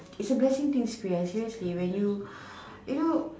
it's a blessing to use seriously when you you know